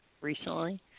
recently